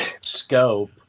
scope